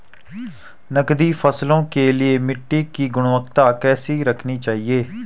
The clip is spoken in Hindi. नकदी फसलों के लिए मिट्टी की गुणवत्ता कैसी रखनी चाहिए?